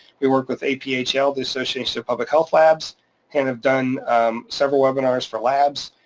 we work with aphl, the association of public health labs and have done several webinars for labs,